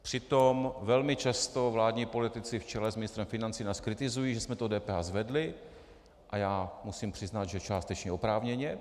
Přitom velmi často vládní politici v čele s ministrem financí nás kritizují, že jsme to DPH zvedli, a já musím přiznat, že částečně oprávněně.